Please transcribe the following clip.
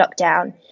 lockdown